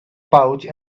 pouch